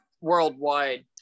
worldwide